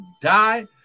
die